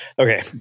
Okay